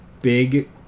big